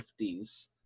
50s